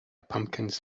pumpkins